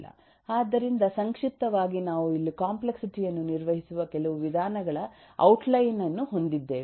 ಆದ್ದರಿಂದ ಸಂಕ್ಷಿಪ್ತವಾಗಿ ನಾವು ಇಲ್ಲಿ ಕಾಂಪ್ಲೆಕ್ಸಿಟಿ ಯನ್ನು ನಿರ್ವಹಿಸುವ ಕೆಲವು ವಿಧಾನಗಳ ಔಟ್ಲೈನ್ ಅನ್ನು ಹೊಂದಿದ್ದೇವೆ